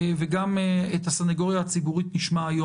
וגם נשמע היום את הסנגוריה הציבורית.